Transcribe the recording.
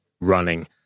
running